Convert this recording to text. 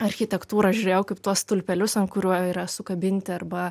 architektūrą žiūrėjau kaip tuos stulpelius ant kurių yra sukabinti arba